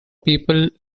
people